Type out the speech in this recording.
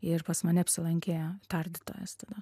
ir pas mane apsilankė tardytojas tada